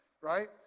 right